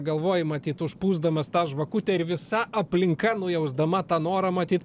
galvoji matyt užpūsdamas tą žvakutę ir visa aplinka nujausdama tą norą matyt